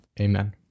Amen